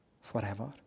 forever